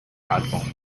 atmung